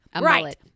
Right